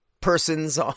persons